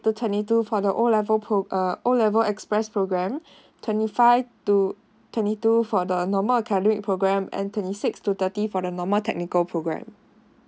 to twenty two for the O level pro~ uh O level expressed programme twenty five to twenty two for the normal academic programme and twenty six to thirty for the normal technical programme